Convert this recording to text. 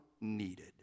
needed